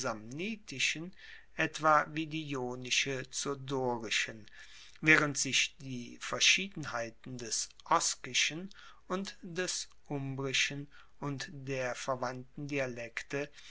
etwa wie die ionische zur dorischen waehrend sich die verschiedenheiten des oskischen und des umbrischen und der verwandten dialekte